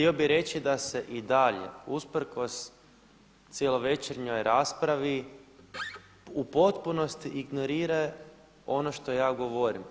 Htio bi reći da se i dalje usprkos cjelovečernjoj raspravi u potpunosti ignorira ono što ja govorim.